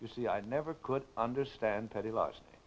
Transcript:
you see i never could understand petty larceny